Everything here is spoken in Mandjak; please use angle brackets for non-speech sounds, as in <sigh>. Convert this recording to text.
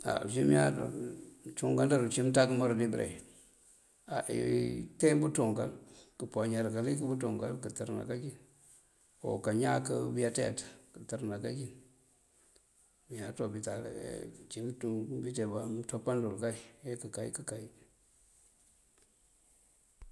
Á uncí mëëyáaţ <hesitation> mëncúunkandër uncí mëënţákëmdër dí bëreŋ. Á inte bëcúunkan, këëmpúwañar kalik bëëncúunkan këëntërëná kánjin o káañak bëëyaţeţ kantërëná kánjin. Mëëyáaţ opital <hesitation> uncí bëënţonk mbínţee mëënţopám bël kay ţënkay kënkay.